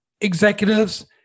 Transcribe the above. executives